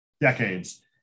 decades